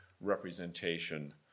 representation